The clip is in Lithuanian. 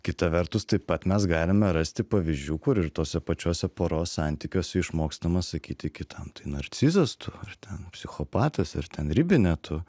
kita vertus taip pat mes galime rasti pavyzdžių kur ir tose pačiose poros santykiuose išmokstama sakyti kitam tu narcizas tu ten psichopatas ir ten ribinė tu